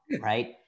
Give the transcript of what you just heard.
right